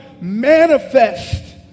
manifest